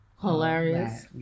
Hilarious